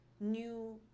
new